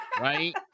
right